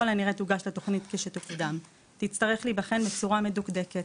הנראה תוגש לתוכנית כשהתוכנית תקודם ותצטרך להיבחן בצורה מדוקדקת.